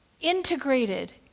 Integrated